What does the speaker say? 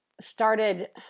started